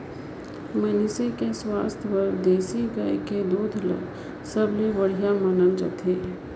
मइनसे कर सुवास्थ बर देसी गाय कर दूद ल सबले बड़िहा मानल जाथे